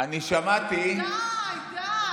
די, די.